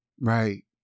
Right